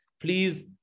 please